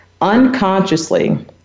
unconsciously